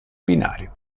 binario